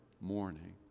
morning